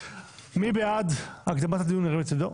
מי בעד הקדמת הדיון, ירים את ידו?